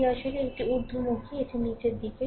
এটি আসলে এটি ঊর্ধ্বমুখী এটি নীচের দিকে